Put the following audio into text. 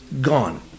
Gone